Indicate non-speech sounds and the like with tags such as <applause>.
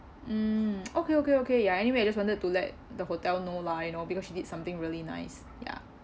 mm <noise> okay okay okay ya anyway I just wanted to let the hotel know lah you know because she did something really nice ya